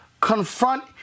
confront